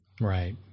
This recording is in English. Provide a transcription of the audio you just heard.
Right